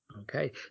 Okay